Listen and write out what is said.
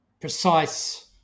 precise